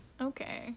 Okay